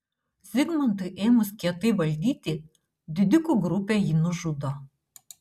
zigmantui ėmus kietai valdyti didikų grupė jį nužudo